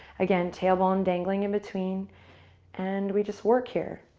again, tailbone dangling in between and we just work here.